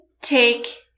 take